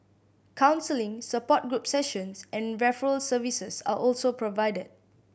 counselling support group sessions and referral services are also provided